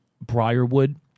briarwood